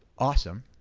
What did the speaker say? awesome,